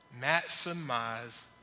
Maximize